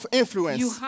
influence